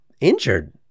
injured